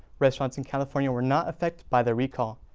restaurants in california were not affected by the recall.